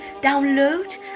download